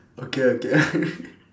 okay okay